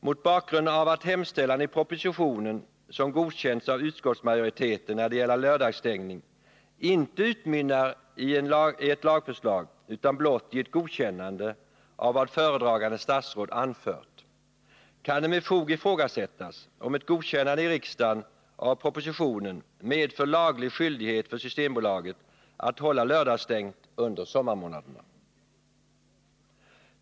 Mot bakgrund av att hemställan i propositionen, som godkänts av utskottsmajoriteten när det gäller lördagsstängning, inte utmynnar i ett lagförslag utan blott i ett godkännande av vad föredragande statsråd anfört, kan det med fog ifrågasättas om ett godkännande i riksdagen av propositionen medför laglig skyldighet för Systembolaget att hålla lördagsstängt under sommarmånaderna.